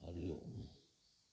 Hari Om